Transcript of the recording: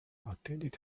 attended